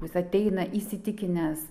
jis ateina įsitikinęs